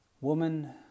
Woman